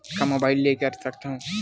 का मै मोबाइल ले कर सकत हव?